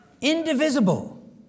Indivisible